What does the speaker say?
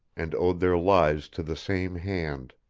and owed their lives to the same hand.